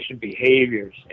behaviors